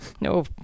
no